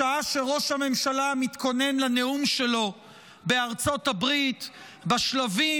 בשעה שראש הממשלה מתכונן לנאום שלו בארצות הברית בשלבים,